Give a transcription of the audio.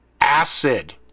acid